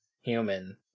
human